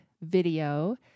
video